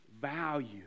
value